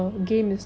mm